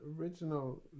original